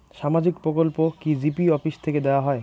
সামাজিক প্রকল্প কি জি.পি অফিস থেকে দেওয়া হয়?